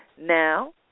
Now